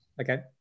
Okay